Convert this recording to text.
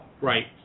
Right